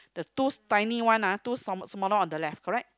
the twos tiny one ah two some more smaller one on the left correct